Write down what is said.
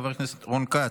חבר הכנסת רון כץ,